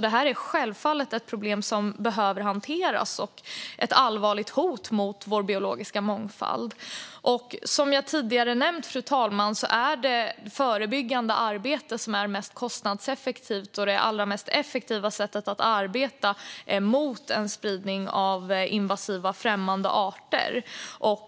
Det är självfallet ett problem som behöver hanteras och ett allvarligt hot mot vår biologiska mångfald. Fru talman! Som jag tidigare nämnt är det förebyggande arbetet mest kostnadseffektivt. Det är det allra mest effektiva sättet att arbeta mot en spridning av invasiva främmande arter.